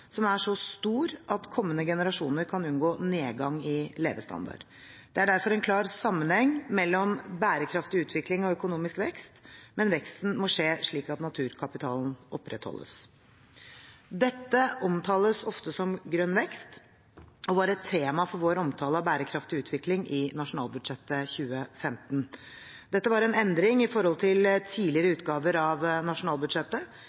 som er så stor at kommende generasjoner kan unngå nedgang i levestandarden». Det er derfor en klar sammenheng mellom bærekraftig utvikling og økonomisk vekst, men veksten må skje slik at naturkapitalen opprettholdes. Dette omtales ofte som grønn vekst og var et tema for vår omtale av bærekraftig utvikling i nasjonalbudsjettet for 2015. Dette var en endring i forhold til tidligere utgaver av nasjonalbudsjettet,